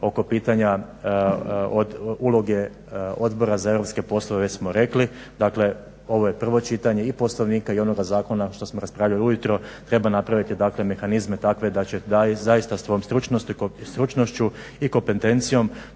oko pitanja uloge Odbora za europske poslove već smo rekli, dakle ovo je prvo čitanje i poslovnika i onoga zakona što smo raspravljali ujutro, treba napraviti mehanizme takve da će zaista svojom stručnošću i kompetencijom